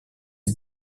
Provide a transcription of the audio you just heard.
les